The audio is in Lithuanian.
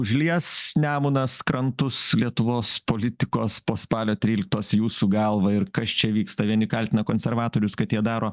užlies nemunas krantus lietuvos politikos po spalio tryliktos jūsų galva ir kas čia vyksta vieni kaltina konservatorius kad jie daro